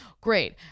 Great